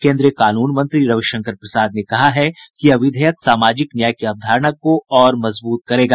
केन्द्रीय कानून मंत्री रविशंकर प्रसाद ने कहा है कि यह विधेयक सामाजिक न्याय की अवधारणा को और मजबूत करेगा